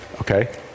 Okay